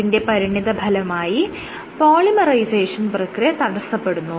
അതിന്റെ പരിണിതഫലമായി പോളിമറൈസേഷൻ പ്രക്രിയ തടസ്സപ്പെടുന്നു